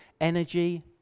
energy